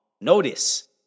Notice